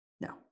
No